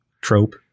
trope